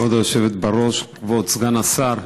כבוד היושבת בראש, כבוד סגן השר,